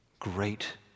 great